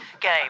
game